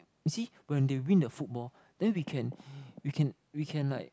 you see when they win the football then we can we can we can like